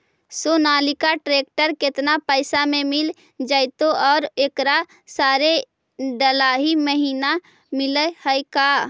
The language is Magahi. सोनालिका ट्रेक्टर केतना पैसा में मिल जइतै और ओकरा सारे डलाहि महिना मिलअ है का?